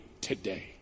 today